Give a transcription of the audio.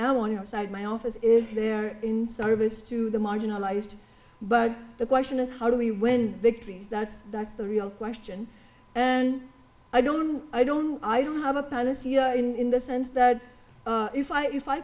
am on your side my office is there in service to the marginalized but the question is how do we win victories that's that's the real question and i don't i don't i don't have a panacea in the sense that if i if i